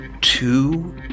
two